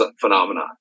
phenomenon